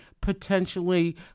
potentially